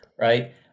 right